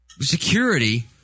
security